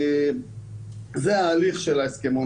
זה ההליך של ההסכמון.